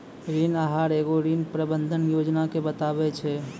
ऋण आहार एगो ऋण प्रबंधन योजना के बताबै छै